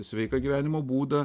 sveiką gyvenimo būdą